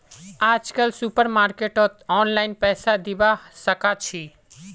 आजकल सुपरमार्केटत ऑनलाइन पैसा दिबा साकाछि